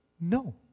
No